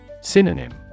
Synonym